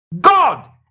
God